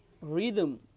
rhythm